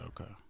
okay